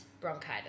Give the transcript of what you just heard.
bronchitis